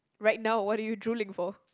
right now what are you drooling for